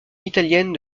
italienne